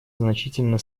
значительно